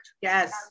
Yes